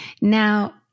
Now